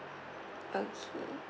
okay